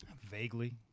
Vaguely